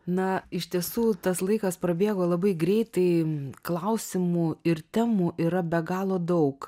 na iš tiesų tas laikas prabėgo labai greitai klausimų ir temų yra be galo daug